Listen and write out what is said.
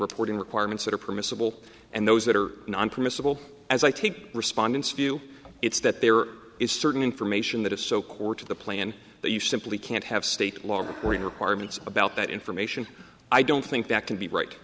reporting requirements that are permissible and those that are non permissible as i take respondents view it's that there is certain information that is so core to the plan that you simply can't have state law requirements about that information i don't think that can be right